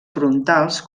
frontals